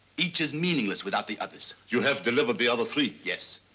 each is meaningless without the others. you have delivered the other three? yes.